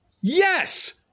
Yes